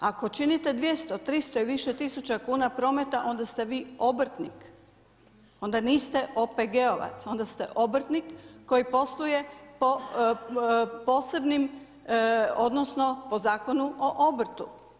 Ako činite 200, 300 i više tisuća kuna prometa, onda ste vi obrtnik, onda niste OPG-ovac, onda ste obrtnik koji posluje po posebnim, odnosno po Zakonu o obrtu.